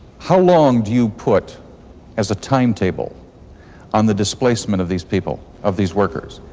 how long do you put as a timetable on the displacement of these people, of these workers?